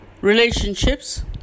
relationships